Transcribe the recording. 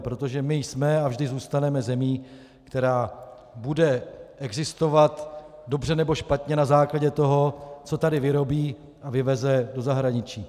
Protože my jsme a vždy zůstaneme zemí, která bude existovat dobře, nebo špatně na základě toho, co tady vyrobí a vyveze do zahraničí.